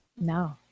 No